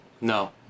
No